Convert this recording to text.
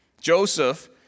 Joseph